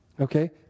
Okay